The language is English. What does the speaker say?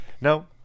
No